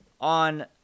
on